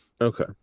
Okay